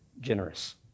generous